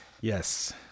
yes